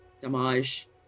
Damage